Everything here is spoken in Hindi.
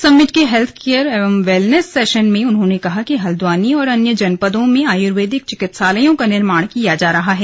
समिट के health care and wellness session में उन्होंने कहा कि हल्द्वानी और अन्य जनपदों में आयुर्वेदिक चिकित्सालयों का निर्माण किया जा रहा है